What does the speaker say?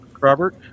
Robert